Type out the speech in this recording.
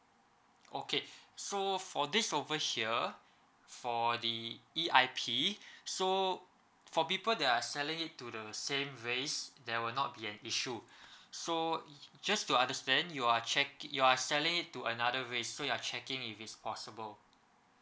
okay so for this over here for the E_I_P so for people that are selling it to the same race there will not be an issue so just to understand you are check you are selling it to another race so you're checking if it's possible